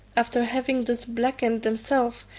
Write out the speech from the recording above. after having thus blackened themselves,